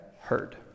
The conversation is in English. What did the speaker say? heard